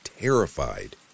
terrified